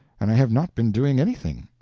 and i have not been doing anything.